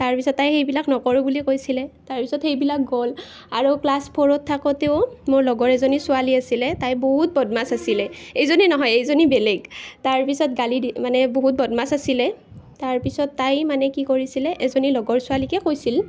তাৰ পিছত তাই সেইবিলাক নকৰোঁ বুলি কৈছিলে তাৰ পিছত সেইবিলাক গ'ল আৰু ক্লাছ ফ'ৰত থাকোঁতেও মোৰ লগৰ এজনী ছোৱালী আছিলে তাই বহুত বদমাছ আছিলে এইজনী নহয় এইজনী বেলেগ তাৰ পিছত গালি দি মানে বহুত বদমাছ আছিলে তাৰ পিছত তাই মানে কি কৰিছিলে এজনী লগৰ ছোৱালীকে কৈছিল